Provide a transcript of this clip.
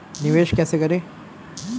निवेश कैसे करें?